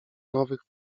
nowych